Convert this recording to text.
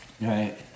Right